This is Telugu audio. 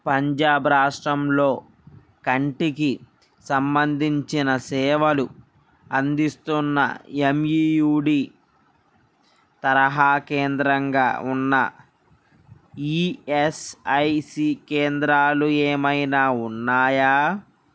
పంజాబ్ రాష్ట్రంలో కంటికి సంబంధించిన సేవలు అందిస్తున్న ఎంఈయుడి తరహా కేంద్రంగా ఉన్న ఈఎస్ఐసి కేంద్రాలు ఏమైనా ఉన్నాయా